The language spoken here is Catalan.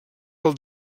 pel